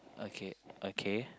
okay okay